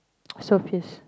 so fierce